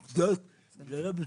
ובמוסדות ללא משפחה?